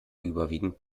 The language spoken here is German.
überwiegend